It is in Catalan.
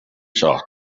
sort